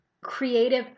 creative